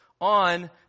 on